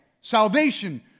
salvation